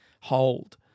hold